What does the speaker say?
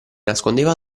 nascondeva